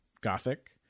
Gothic